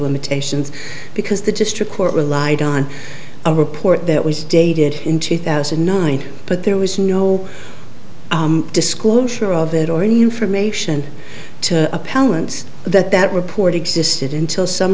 limitations because the district court relied on a report that was dated in two thousand and nine but there was no disclosure of that or any information to a palance that that report existed until some